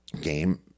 game